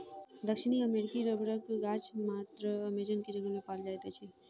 दक्षिण अमेरिकी रबड़क गाछ मात्र अमेज़न के जंगल में पाओल जाइत अछि